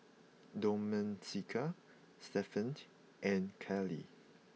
Domenica Stephaine and Keely